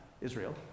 Israel